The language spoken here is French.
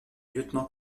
lieutenant